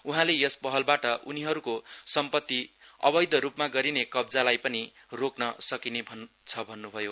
उहाँले यस पहलबाट उनीहरुको सम्पति अबैधरुपमा गरिने कब्जालाई पनि रोक्न सकिनेछ भन्नु भयो